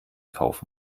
kaufen